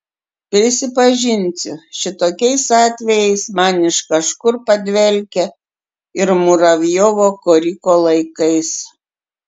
prisipažinsiu šitokiais atvejais man iš kažkur padvelkia ir muravjovo koriko laikais